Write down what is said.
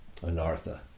Anartha